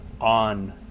on